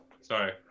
sorry